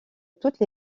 toutes